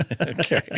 Okay